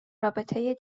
رابطه